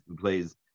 plays